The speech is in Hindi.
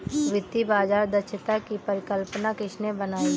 वित्तीय बाजार दक्षता की परिकल्पना किसने बनाई?